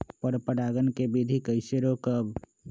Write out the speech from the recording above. पर परागण केबिधी कईसे रोकब?